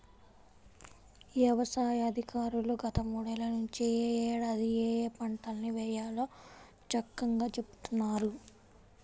యవసాయ అధికారులు గత మూడేళ్ళ నుంచి యే ఏడాది ఏయే పంటల్ని వేయాలో చక్కంగా చెబుతున్నారు